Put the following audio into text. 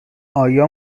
آیا